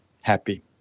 happy